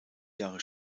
jahre